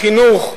חינוך,